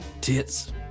tits